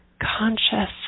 conscious